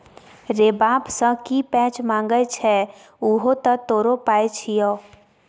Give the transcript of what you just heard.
रे बाप सँ की पैंच मांगय छै उहो तँ तोरो पाय छियौ